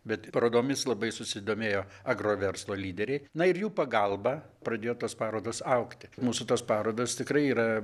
bet parodomis labai susidomėjo agroverslo lyderiai na ir jų pagalba pradėjo tos parodos augti mūsų tos parodos tikrai yra